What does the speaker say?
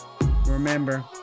remember